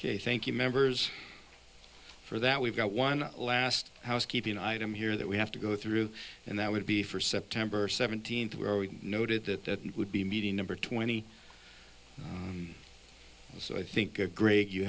ok thank you members for that we've got one last housekeeping item here that we have to go through and that would be for september seventeenth where we noted that it would be meeting number twenty so i think a great you